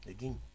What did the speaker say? Again